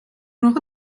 واقع